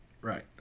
Right